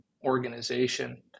organization